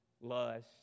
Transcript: lust